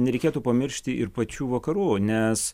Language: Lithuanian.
nereikėtų pamiršti ir pačių vakarų nes